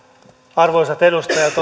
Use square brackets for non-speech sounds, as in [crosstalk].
arvoisat edustajat [unintelligible]